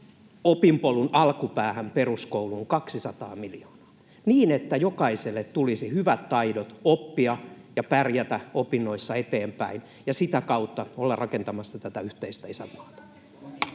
opinpolun alkupäähän peruskouluun 200 miljoonaa, niin että jokaiselle tulisi hyvät taidot oppia ja pärjätä opinnoissa eteenpäin, ja sitä kautta olla rakentamassa tätä yhteistä isänmaata.